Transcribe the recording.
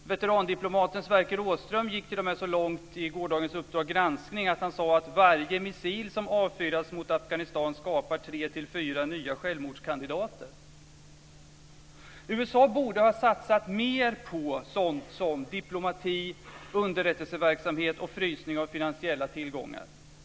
Veterandiplomaten Sverker Åström gick t.o.m. så långt i gårdagens Uppdrag Granskning att han sade att varje missil som avfyras mot Afghanistan skapar tre till fyra nya självmordskandidater. USA borde ha satsat mer på sådant som diplomati, underrättelseverksamhet och frysning av finansiella tillgångar.